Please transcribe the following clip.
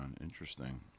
Interesting